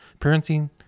parenting